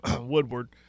Woodward